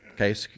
okay